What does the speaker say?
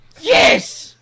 yes